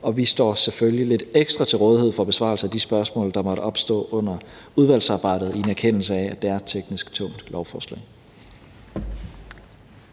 og vi står selvfølgelig lidt ekstra til rådighed for besvarelse af de spørgsmål, der måtte opstå under udvalgsarbejdet, i en erkendelse af, at det er et teknisk tungt lovforslag.